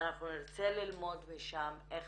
ואנחנו נרצה ללמוד משם איך